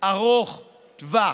ארוך טווח.